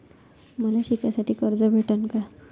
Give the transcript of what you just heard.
मले शिकासाठी कर्ज भेटन का?